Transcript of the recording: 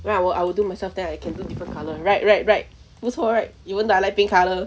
right I'll I will do myself that I can do different colour right right right 不错 right you won't dialect pink colour